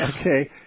okay